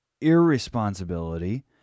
irresponsibility